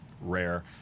rare